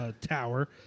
tower